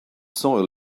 soil